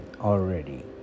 already